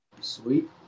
Sweet